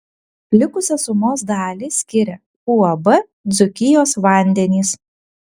likusią sumos dalį skiria uab dzūkijos vandenys